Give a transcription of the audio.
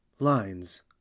lines